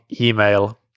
email